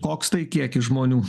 koks tai kiekis žmonių